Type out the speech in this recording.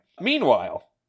Meanwhile